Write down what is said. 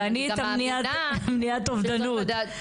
ואני את מניעת האובדנות.